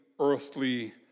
earthly